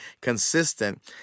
consistent